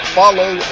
follow